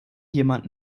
jemand